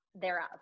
thereof